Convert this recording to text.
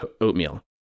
oatmeal